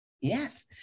Yes